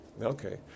Okay